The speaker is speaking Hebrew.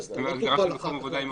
אז לא תוכל אחר כך להגיד כך.